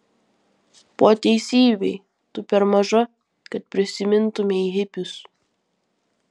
po teisybei tu per maža kad prisimintumei hipius